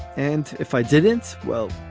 and if i didn't? well,